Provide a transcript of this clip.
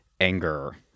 anger